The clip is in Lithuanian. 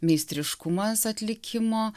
meistriškumas atlikimo